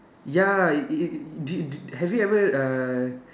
ya y~ do have you ever uh